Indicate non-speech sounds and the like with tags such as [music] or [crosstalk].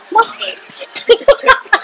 [laughs]